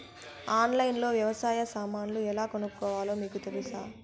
ఆన్లైన్లో లో వ్యవసాయ సామాన్లు ఎలా కొనుక్కోవాలో మీకు తెలుసా?